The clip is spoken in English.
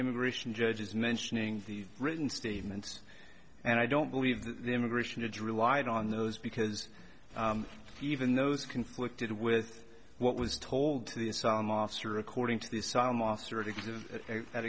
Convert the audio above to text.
immigration judge is mentioning the written statements and i don't believe the immigration judge relied on those because even those conflicted with what was told to the asylum officer according to this